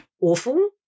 awful